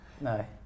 No